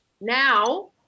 now